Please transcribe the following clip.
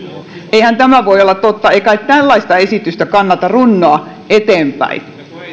eihän tämä voi olla totta ei kai tällaista esitystä kannata runnoa eteenpäin